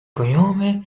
cognome